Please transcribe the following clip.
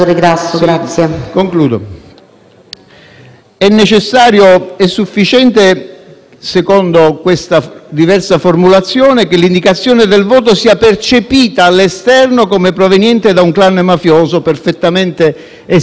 È sufficiente, secondo questa diversa formulazione, che l'indicazione del voto sia percepita all'esterno come proveniente da un clan mafioso perfettamente esistente e conosciuto nel territorio